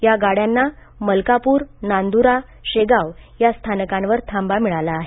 या गाड्यांना मलकापुरनांदुरा शेगाव या स्थानकांवर थांबा मिळाला आहे